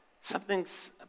Something's